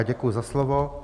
Děkuji za slovo.